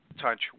touch